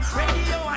radio